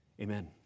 amen